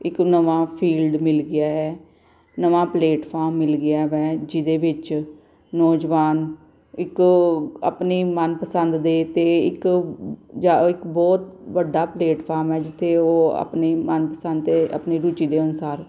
ਇੱਕ ਨਵਾਂ ਫੀਲਡ ਮਿਲ ਗਿਆ ਹੈ ਨਵਾਂ ਪਲੇਟਫਾਰਮ ਮਿਲ ਗਿਆ ਵੈ ਜਿਹਦੇ ਵਿੱਚ ਨੌਜਵਾਨ ਇੱਕ ਆਪਣੀ ਮਨ ਪਸੰਦ ਦੇ ਅਤੇ ਇੱਕ ਜਾਂ ਇੱਕ ਬਹੁਤ ਵੱਡਾ ਪਲੇਟਫਾਰਮ ਹੈ ਜਿੱਥੇ ਉਹ ਆਪਣੀ ਮਨ ਪਸੰਦ ਅਤੇ ਆਪਣੇ ਰੁਚੀ ਦੇ ਅਨੁਸਾਰ